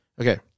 Okay